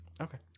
Okay